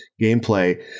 gameplay